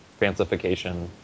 fancification